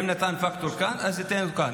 אם נתן פקטור כאן, אז ייתן כאן.